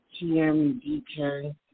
TMDK